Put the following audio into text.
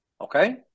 Okay